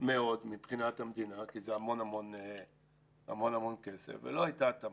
מאוד מבחינת המדינה כי זה המון כסף ולא הייתה התאמה.